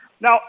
Now